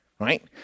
Right